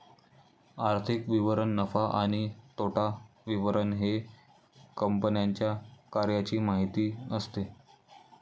आर्थिक विवरण नफा आणि तोटा विवरण हे कंपन्यांच्या कार्याची माहिती असते